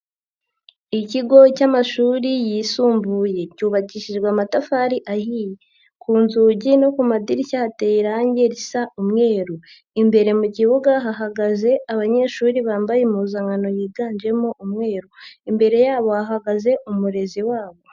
Ikigo cy'amashuri yisumbuye cyubakishijwe amatafari ahiye, ku nzugi no ku madirishya hateye irangi risa umweru, imbere mu kibuga hahagaze abanyeshuri bambaye impuzankano yiganjemo umweru, imbere yabo bahagaze umurezi wabo.